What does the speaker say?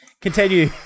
Continue